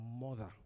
mother